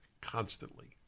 constantly